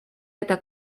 это